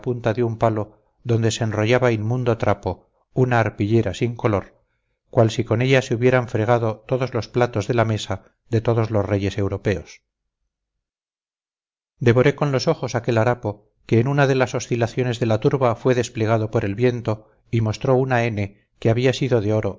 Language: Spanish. un palo donde se enrollaba inmundo trapo una arpillera sin color cual si con ella se hubieran fregado todos los platos de la mesa de todos los reyes europeos devoré con los ojos aquel harapo que en una de las oscilaciones de la turba fue desplegado por el viento y mostró una n que había sido de oro